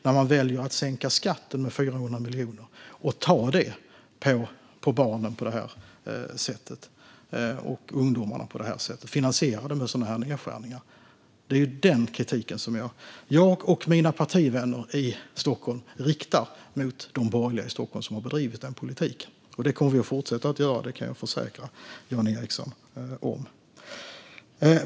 Där väljer man att sänka skatten med 400 miljoner och finansiera det genom sådana här nedskärningar på barnen och ungdomarna. Det är den kritiken som jag och mina partivänner i Stockholm riktar mot de borgerliga i Stockholm som har bedrivit den politiken, och det kommer vi att fortsätta att göra. Det kan jag försäkra Jan Ericson om.